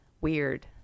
Weird